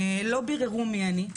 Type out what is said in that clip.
לא ביררו מי אני,